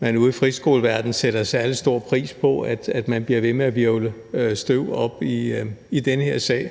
at de ude i friskoleverdenen sætter særlig stor pris på, at man bliver ved med at hvirvle støv op i den her sag.